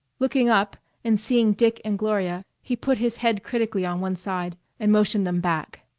looking up and seeing dick and gloria he put his head critically on one side and motioned them back.